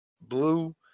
Blue